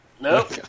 Nope